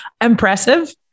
impressive